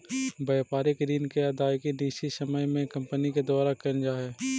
व्यापारिक ऋण के अदायगी निश्चित समय में कंपनी के द्वारा कैल जा हई